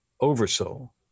oversoul